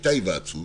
הייתה היוועצות,